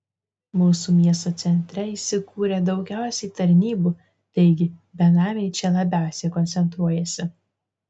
mūsų miesto centre įsikūrę daugiausiai tarnybų taigi benamiai čia labiausiai koncentruojasi